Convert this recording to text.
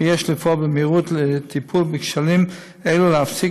וכי יש לפעול במהירות לטיפול בכשלים אלו ולהפסיק